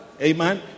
Amen